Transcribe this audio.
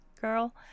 girl